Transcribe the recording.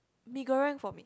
Mee-Goreng for me